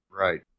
Right